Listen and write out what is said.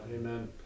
amen